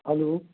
hello